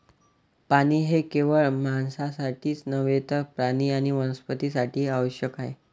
पाणी हे केवळ माणसांसाठीच नव्हे तर प्राणी आणि वनस्पतीं साठीही आवश्यक आहे